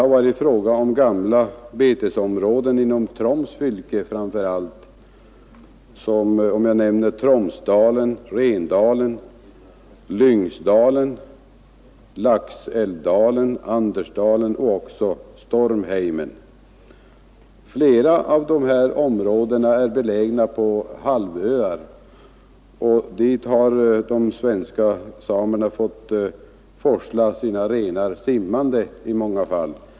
Det har gällt gamla betesområden inom Troms fylke, framför allt Tromsdalen, Rendalen, Lyngsdalen, Laxelvdalen, Andersdalen och Stormheimen. Flera av dessa områden är belägna på halvöar, och dit har de svenska samerna i många fall fått forsla sina renar simmande.